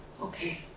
Okay